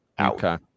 Okay